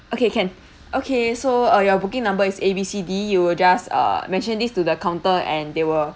okay can okay so uh your booking number is A B C D you will just uh mention this to the counter and they will